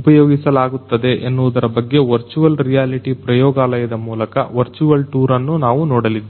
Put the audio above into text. ಉಪಯೋಗಿಸಲಾಗುತ್ತದೆ ಎನ್ನುವುದರ ಬಗ್ಗೆ ವರ್ಚುವಲ್ ರಿಯಾಲಿಟಿ ಪ್ರಯೋಗಾಲಯದ ಮೂಲಕ ವರ್ಚುವಲ್ ಟೂರ್ ಅನ್ನು ನಾವು ನೋಡಲಿದ್ದೇವೆ